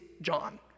John